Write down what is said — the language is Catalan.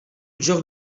joc